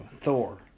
Thor